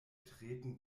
treten